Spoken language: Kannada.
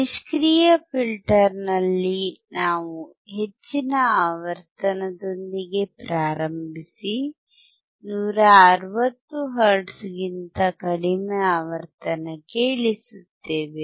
ನಿಷ್ಕ್ರಿಯ ಫಿಲ್ಟರ್ನಲ್ಲಿ ನಾವು ಹೆಚ್ಚಿನ ಆವರ್ತನದೊಂದಿಗೆ ಪ್ರಾರಂಭಿಸಿ 160 ಹರ್ಟ್ಜ್ಗಿಂತ ಕಡಿಮೆ ಆವರ್ತನಕ್ಕೆ ಇಳಿಸುತ್ತೇವೆ